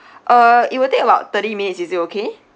uh it will take about thirty minutes is it okay